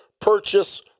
Purchase